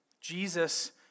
Jesus